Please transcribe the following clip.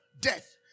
death